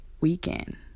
weekend